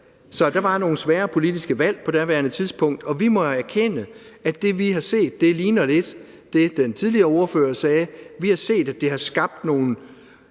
Så der var nogle svære politiske valg på daværende tidspunkt, og vi må jo erkende, at det, vi har set, lidt ligner det, den tidligere ordfører sagde. Vi har set, at det for nogles